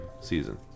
season